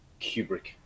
Kubrick